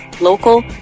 local